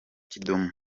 kidumu